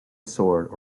sword